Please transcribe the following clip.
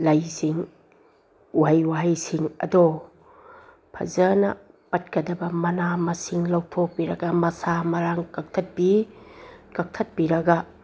ꯂꯩꯁꯤꯡ ꯎꯍꯩ ꯋꯥꯍꯩꯁꯤꯡ ꯑꯗꯣ ꯐꯖꯅ ꯄꯠꯀꯗꯕ ꯃꯅꯥ ꯃꯁꯤꯡ ꯂꯧꯊꯣꯛꯄꯤꯔꯒ ꯃꯁꯥ ꯃꯔꯥꯡ ꯀꯛꯊꯠꯄꯤ ꯀꯛꯊꯠꯄꯤꯔꯒ